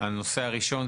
הנושא הראשון,